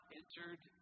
entered